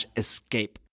escape